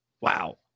wow